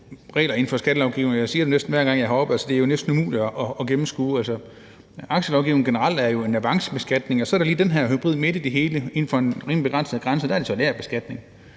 jeg siger det, næsten hver gang jeg er heroppe, altså at det jo næsten er umuligt at gennemskue. Aktielovgivningen er jo generelt en avancebeskatning, og så er der lige den her hybrid midt i det hele; inden for en rimelig begrænset grænse er der så lagerbeskatning.